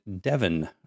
Devon